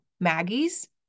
Maggie's